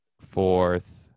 fourth